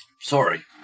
Sorry